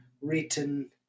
written